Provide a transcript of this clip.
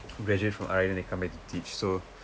graduate from R_I then they come back to teach so